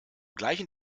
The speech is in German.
gleichen